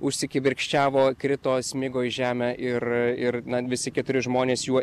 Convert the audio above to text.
užsikibirkščiavo krito smigo į žemę ir ir na visi keturi žmonės juo